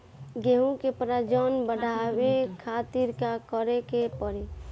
गेहूं के प्रजनन बढ़ावे खातिर का करे के पड़ी?